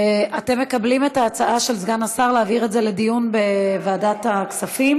אתם מקבלים את ההצעה של סגן השר להעביר את זה לדיון בוועדת הכספים?